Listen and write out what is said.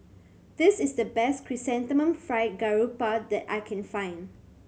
this is the best Chrysanthemum Fried Garoupa that I can find